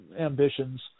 ambitions